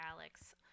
Alex